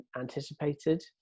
anticipated